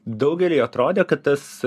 daugeliui atrodė kad tas